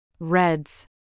Reds